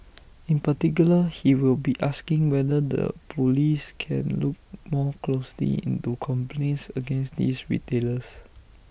in particular he will be asking whether the Police can look more closely into complaints against these retailers